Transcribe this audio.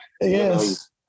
yes